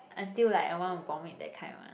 until like I wanna vomit that kind one